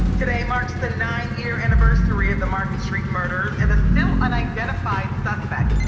today marks the nine-year anniversary of the market street murders and a still unidentified suspect.